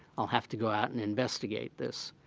i'll have to go out and investigate this.